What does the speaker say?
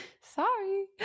sorry